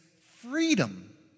freedom